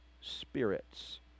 spirits